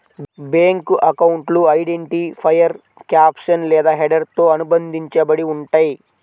bank అకౌంట్లు identifier caption లేదా హెడర్తో అనుబంధించబడి ఉంటయ్యి